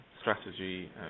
strategy